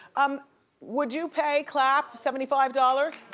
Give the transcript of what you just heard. um would you pay, clap, seventy five dollars?